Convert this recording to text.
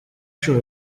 sure